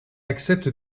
accepte